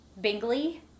Bingley